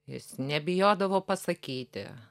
jis nebijodavo pasakyti